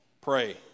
pray